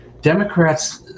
Democrats